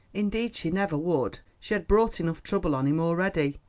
indeed she never would she had brought enough trouble on him already.